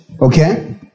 Okay